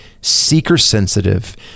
seeker-sensitive